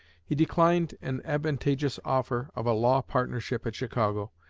he declined an advantageous offer of a law-partnership at chicago,